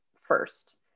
first